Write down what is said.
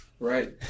Right